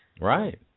Right